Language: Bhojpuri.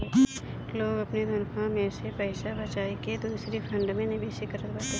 लोग अपनी तनखा में से पईसा बचाई के दूसरी फंड में निवेश करत बाटे